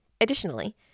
Additionally